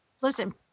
Listen